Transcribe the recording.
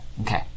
Okay